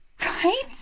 right